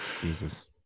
Jesus